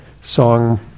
song